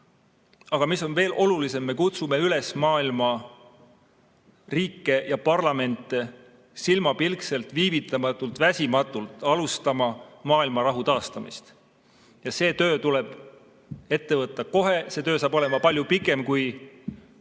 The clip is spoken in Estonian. aga mis veel olulisem, me kutsume maailma riike ja parlamente üles silmapilkselt, viivitamatult, väsimatult alustama maailmarahu taastamist. See töö tuleb ette võtta kohe, see töö saab olema palju pikem kui sõja